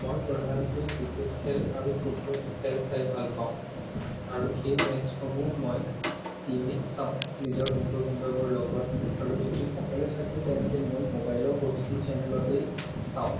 মই প্ৰধানকৈ ক্ৰিকেট খেল আৰু ফুটবল খেল চাই ভাল পাওঁ আৰু সেই মেটচসমূহ মই টিভি ত চাওঁ নিজৰ বন্ধু বান্ধৱৰ লগত আৰু যদি অকলে থাকোঁ তেন্তে মই মোবাইলৰ অ' টি টি চেনেলতে চাওঁ